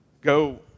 go